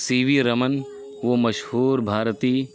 سی V Raman وہ مشہور بھارتی